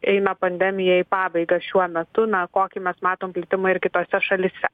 eina pandemija į pabaiga šiuo metu na kokį mes matom plitimą ir kitose šalyse